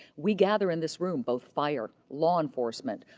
we gather in this room, both fire, law enforcement,